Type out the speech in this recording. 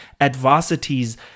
adversities